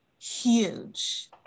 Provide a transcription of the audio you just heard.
huge